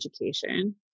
education